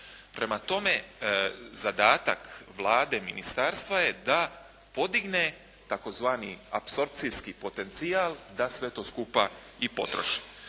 Prema tome zadatak Vlade, ministarstva je da podigne tzv. apsorpcijski potencijal da to sve skupa i potroši.